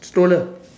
stolen